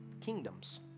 kingdoms